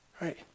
right